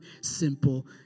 simple